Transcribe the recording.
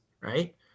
right